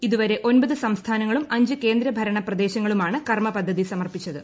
ഇതുവരെ ഒൻപത് സംസ്ഥാനങ്ങളും അഞ്ച് കേന്ദ്രഭരണ പ്രദേശങ്ങളുമാണ് കർമ പദ്ധതി സമർപ്പിച്ചത്